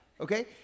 Okay